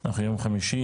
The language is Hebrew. אנחנו ביום חמישי,